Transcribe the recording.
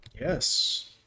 Yes